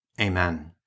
Amen